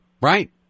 Right